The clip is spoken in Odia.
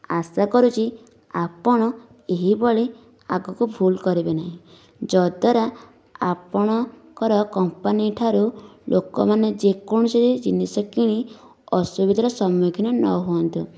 ଆଶା କରୁଛି ଆପଣ ଏହିଭଳି ଆଗକୁ ଭୁଲ କରିବେ ନାହିଁ ଯଦ୍ୱାରା ଆପଣଙ୍କର କମ୍ପାନୀ ଠାରୁ ଲୋକମାନେ ଯେକୌଣସି ଜିନିଷ କିଣି ଅସୁବିଧାର ସମ୍ମୁଖୀନ ନ ହୁଅନ୍ତୁ